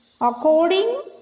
according